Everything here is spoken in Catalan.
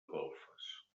golfes